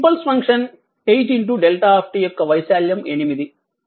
impulse function 8 δ యొక్క వైశాల్యం 8